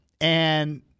and-